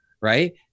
right